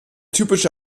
typische